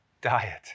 diet